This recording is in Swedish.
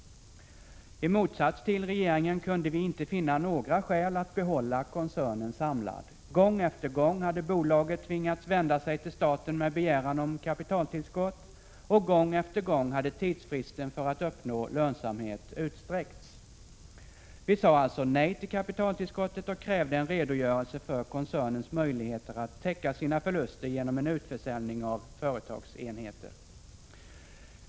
I motsats till regeringen kunde vi inte finna några skäl att behålla koncernen samlad. Gång efter gång hade bolaget tvingats vända sig till staten med begäran om kapitaltillskott, och gång efter gång hade tidsfristen för att uppnå lönsamhet utsträckts. Vi sade alltså nej till kapitaltillskottet och krävde en redogörelse för koncernens möjligheter att täcka sina förluster genom en utförsäljning av företagsenheter.